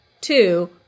Two